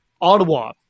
Ottawa